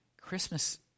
Christmas